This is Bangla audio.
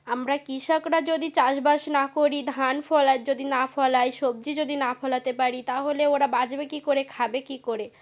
আমরা কৃষকরা যদি চাষ বাস না করি ধান ফলা যদি না ফলাই সবজি যদি না ফলাতে পারি তাহলে ওরা বাজবে কী করে খাবে কী করে